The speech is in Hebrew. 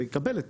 ויקבל את